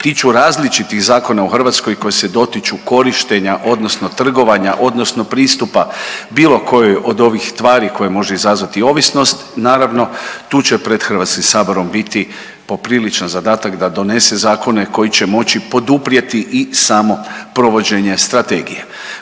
tiču različitih zakona u Hrvatskoj koji se dotiču korištenja odnosno trgovanja odnosno pristupa bilo kojoj od ovih tvari koje može izazvati ovisnost. Naravno tu će pred HS-om biti popriličan zadatak da donese zakone koji će moći poduprijeti i samo provođenje strategije.